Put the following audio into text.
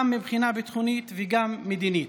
גם מבחינה ביטחונית וגם מבחינה מדינית.